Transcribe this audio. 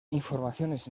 informaciones